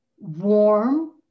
warm